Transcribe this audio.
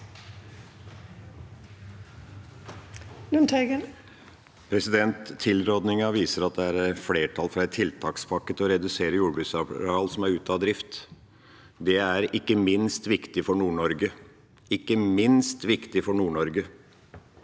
Lundteigen (Sp) Tilrådingen vi- ser at det er flertall for en tiltakspakke for å redusere jordbruksareal som er ute av drift. Det er ikke minst viktig for Nord-Norge – ikke minst viktig for Nord-Norge.